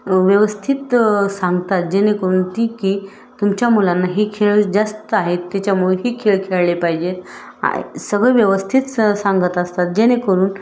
व्यवस्थित सांगतात जेणेकरून ती की तुमच्या मुलांना हे खेळ जास्त आहेत त्याच्यामुळे हे खेळ खेळले पाहिजेत आ सगळे व्यवस्थित स सांगत असतात जेणेकरून